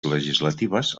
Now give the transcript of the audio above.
legislatives